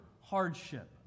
hardship